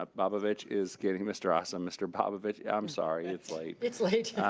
ah bobovich is getting, mr. awesome, mr. bobovich, i'm sorry, it's late. it's late.